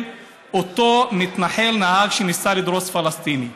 את אותו מתנחל נהג שניסה לדרוס פלסטיני?